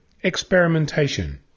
Experimentation